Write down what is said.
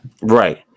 right